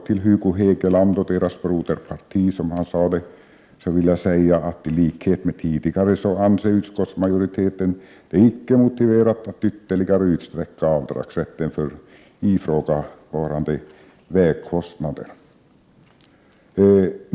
Till Hugo Hegeland och moderaternas, som han sade, ”broderparti” vill jag säga att utskottsmajoriteten nu i likhet med tidigare anser det icke motiverat att ytterligare utsträcka avdragsrätten för ifrågavarande vägkostnader.